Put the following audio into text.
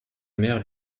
mère